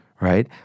right